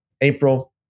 April